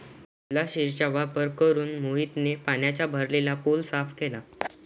शिवलाशिरचा वापर करून मोहितने पाण्याने भरलेला पूल साफ केला